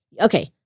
Okay